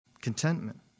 Contentment